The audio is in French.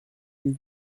dix